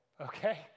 okay